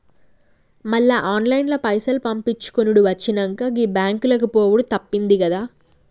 మళ్ల ఆన్లైన్ల పైసలు పంపిచ్చుకునుడు వచ్చినంక, గీ బాంకులకు పోవుడు తప్పిందిగదా